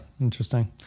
interesting